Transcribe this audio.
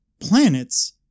planets